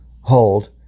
hold